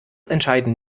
entscheiden